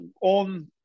on